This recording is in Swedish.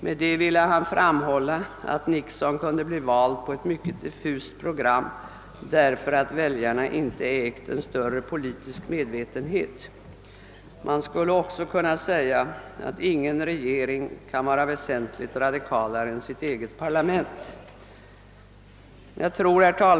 Med det ville han framhålla att Nixon kunde bli vald på ett mycket diffust program, därför att väljarna inte ägt en större politisk medvetenhet. Man skulle också kunna säga att ingen regering kan vara väsentligt mera radikal än sitt eget parlament.